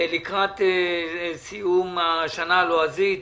לקראת סיום השנה הלועזית,